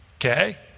Okay